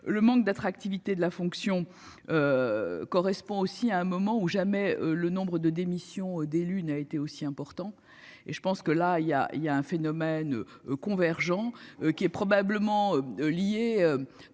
Le manque d'attractivité de la fonction. Correspond aussi à un moment ou jamais. Le nombre de démissions d'élus n'a été aussi important et je pense que là il y a il y a un phénomène convergents qui est probablement liée.